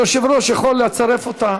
היושב-ראש יכול לצרף אותה,